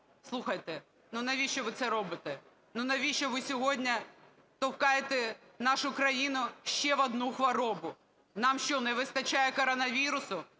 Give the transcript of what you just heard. Слухайте, ну навіщо ви це робите? Ну, навіщо ви сьогодні штовхаєте нашу країну ще в одну хворобу? Нам що, не вистачає коронавірусу?